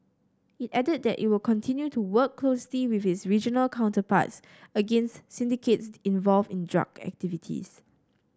it added that it will continue to work closely with its regional counterparts against syndicates involved in drug activities